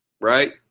right